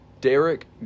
Derek